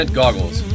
goggles